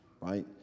Right